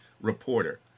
reporter